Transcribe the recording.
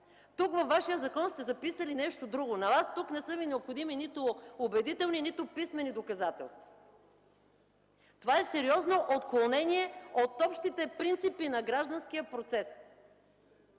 Тук, във вашия закон, сте записали нещо друго. На вас тук не са ви необходими нито убедителни, нито писмени доказателства. Това е сериозно отклонение от общите принципи на гражданския процес.